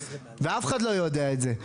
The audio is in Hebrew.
ואף אחד לא יודע את זה.